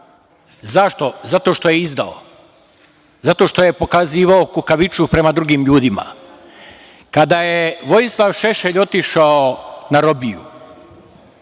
Zašto? Zato što je izdao, zato što je pokazivao kukavičluk prema drugim ljudima. Kada je Vojislav Šešelj otišao na robiju,